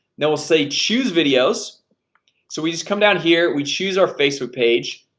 then we'll say choose videos so we just come down here. we choose our facebook page.